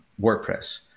WordPress